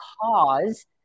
cause